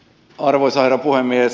arvoisa herra puhemies